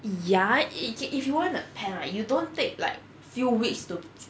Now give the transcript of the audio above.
ya it can if you want a pet right you don't take like few weeks to